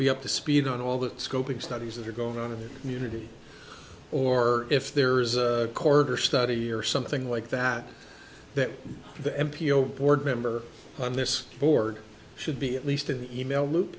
be up to speed on all the scoping studies that are going on in the community or if there is a quarter study or something like that that the m p o board member on this board should be at least an email loop